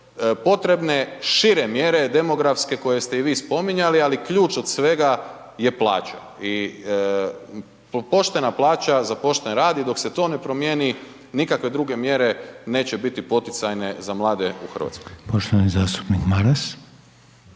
potrebne šire mjere demografske koje ste i vi spominjali, ali ključ od svega je plaća. I poštena plaća za pošten rad i dok se to ne promjeni, nikakve druge mjere neće biti poticajne za mlade u Hrvatskoj.